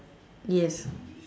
yes